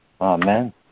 Amen